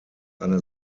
eine